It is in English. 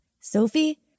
Sophie